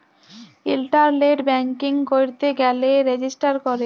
ইলটারলেট banking ক্যইরতে গ্যালে register ক্যরে